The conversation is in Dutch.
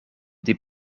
die